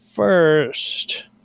First